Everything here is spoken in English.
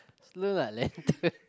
slow lah lantern